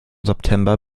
september